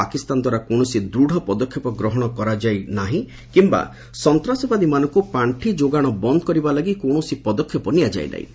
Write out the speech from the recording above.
ପାକିସ୍ତାନଦ୍ୱାରା କୌଣସି ଦୂତ୍ ପଦକ୍ଷେପ ଗ୍ରହଣ କରାଯାଇ ନାହିଁ କିମ୍ବା ସନ୍ତାସବାଦୀମାନଙ୍କୁ ପାଖି ଯୋଗାଣ ବନ୍ଦ୍ କରିବା ଲାଗି କୌଣସି ପଦକ୍ଷେପ ନିଆଯାଇ ନାହିଁ